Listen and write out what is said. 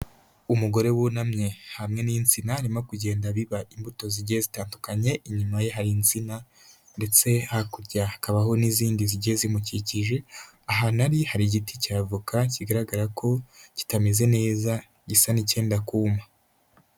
Umugore wunamye hamwe n'insina, arimo kugenda abiba imbuto zigiye zitandukanye, inyuma ye hari insina, ndetse hakurya hakabaho n'izindi zigiye zimukikije, ahantu ari, hari igiti cya avoka kigaragara ko kitameze neza gisa n'icyenda kuma.